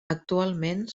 actualment